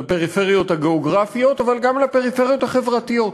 לפריפריות הגיאוגרפיות אבל גם לפריפריות החברתיות.